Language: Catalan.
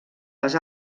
les